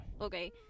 okay